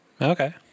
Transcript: Okay